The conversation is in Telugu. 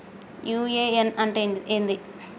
యు.ఎ.ఎన్ అంటే ఏంది?